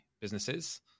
businesses